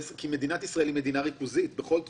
מדינת ישראל היא מדינה ריכוזית בכל תחום.